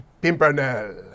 Pimpernel